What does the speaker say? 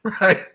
Right